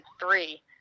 three